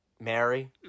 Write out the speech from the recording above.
Mary